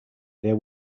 their